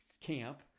camp